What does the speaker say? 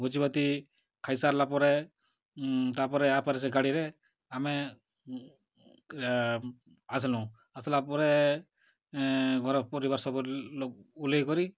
ଭୋଜି ଭାତି ଖାଇ ସାରିଲା ପରେ ତାପରେ ୟା ପରେ ସେ ଗାଡ଼ିରେ ଆମେ ଆସିଲୁ ଆସିଲା ପରେ ଘର ପରିବାର ସବୁ ଓହ୍ଲେଇ କରି